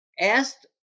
asked